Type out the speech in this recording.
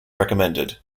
recommended